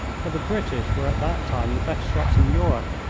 but the british were at that time the best shots in europe,